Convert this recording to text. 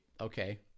okay